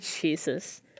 Jesus